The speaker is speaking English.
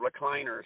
recliners